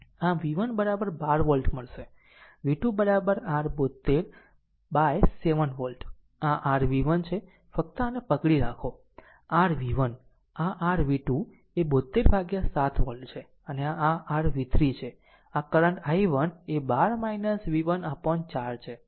આમ v1 12 volt મળશે v2 r 72 by 7 volt આ r v1 છે ફક્ત આને પકડી રાખો r v1 આ r v2 એ 72 ભાગ્યા 7 વોલ્ટ છે અને આ r v3 છે અને કરંટ i1 એ 12 v1 upon 4 છે So